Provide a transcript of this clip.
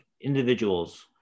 individuals